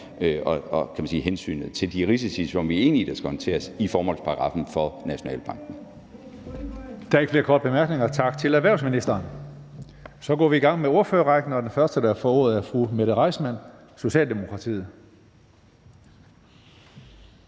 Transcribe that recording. hensynet til de risici, som vi er enige i skal håndteres, er i formålsparagraffen for Nationalbanken. Kl. 14:49 Tredje næstformand (Karsten Hønge): Der er ikke flere korte bemærkninger. Tak til erhvervsministeren. Så går vi i gang med ordførerrækken, og den første, der får ordet, er fru Mette Reissmann, Socialdemokratiet.